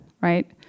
right